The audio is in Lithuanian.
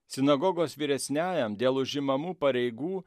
sinagogos vyresniajam dėl užimamų pareigų